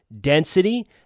density